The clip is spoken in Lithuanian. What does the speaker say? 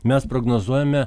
mes prognozuojame